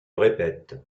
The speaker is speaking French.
répète